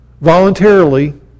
voluntarily